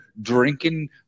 drinking